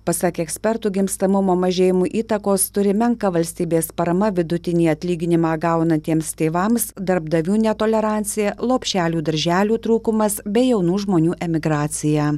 pasak ekspertų gimstamumo mažėjimui įtakos turi menka valstybės parama vidutinį atlyginimą gaunantiems tėvams darbdavių netolerancija lopšelių darželių trūkumas bei jaunų žmonių emigraciją